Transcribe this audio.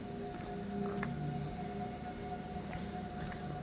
ಎರಡ್ ಬ್ಯಾರ್ಬ್ಯಾರೇ ತಳಿಗಳ ಬೇಜಗಳ ಉತ್ಪನ್ನವನ್ನ ಹೈಬ್ರಿಡ್ ತಳಿ ಅಂತ ಕರೇತಾರ